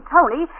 Tony